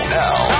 now